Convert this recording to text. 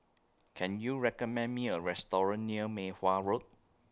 Can YOU recommend Me A Restaurant near Mei Hwan Road